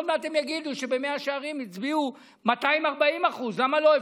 עוד מעט הם יגידו שבמאה שערים הצביעו 240%. למה לא,